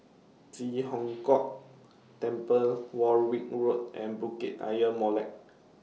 Ji Hong Kok Temple Warwick Road and Bukit Ayer Molek